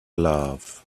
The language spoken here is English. love